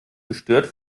gestört